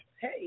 Hey